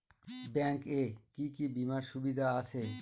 Bank এ কি কী বীমার সুবিধা আছে?